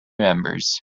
members